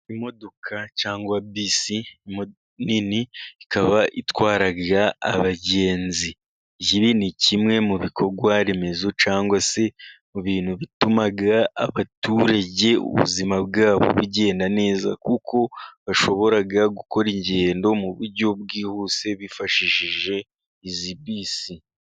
Imodoka cyangwa bisi nini, ikaba itwara abagenzi. Ibi ni kimwe mu bikorwa remezo cyangwa se mu bintu bituma abaturage ubuzima bwabo bugenda neza, kuko bashobora gukora ingendo mu buryo bwihuse, bifashishije izi bisi.